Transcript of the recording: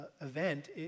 event